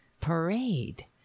parade